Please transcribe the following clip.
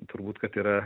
turbūt kad yra